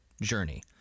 journey